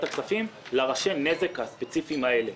הכספים על ראשי הנזק הספציפיים האלה.